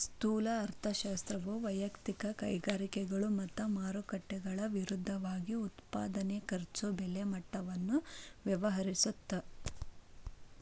ಸ್ಥೂಲ ಅರ್ಥಶಾಸ್ತ್ರವು ವಯಕ್ತಿಕ ಕೈಗಾರಿಕೆಗಳು ಮತ್ತ ಮಾರುಕಟ್ಟೆಗಳ ವಿರುದ್ಧವಾಗಿ ಉತ್ಪಾದನೆ ಖರ್ಚು ಬೆಲೆ ಮಟ್ಟವನ್ನ ವ್ಯವಹರಿಸುತ್ತ